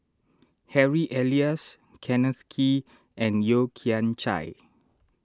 Harry Elias Kenneth Kee and Yeo Kian Chai